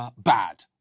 bad.